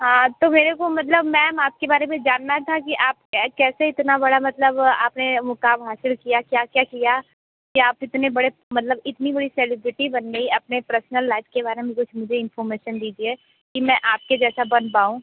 हाँ तो मेरे को मतलब मैम आपके बारे में जानना था कि आप कैसे इतना बड़ा मतलब आपने ये मुक़ाम हासिल किया क्या क्या किया कि आप इतने बड़े मतलब इतनी बड़ी सेलेब्रिटी बन गई अपने प्रसनल लाइफ़ के बारे में कुछ मुझे इनफोर्मेसन दीजिए कि मैं आपके जैसा बन पाऊँ